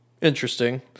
Interesting